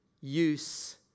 use